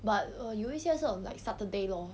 but err 有一些是 on like saturday lor